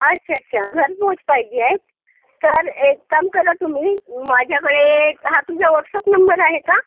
अच्छा अच्छा घरपोच पाहिजे आहेत तर एक काम करा तुम्ही माझ्याकडे हा तुमचा वॉट्सअप नंबर आहे का